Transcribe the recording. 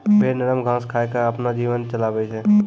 भेड़ नरम घास खाय क आपनो जीवन चलाबै छै